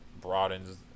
broadens